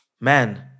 man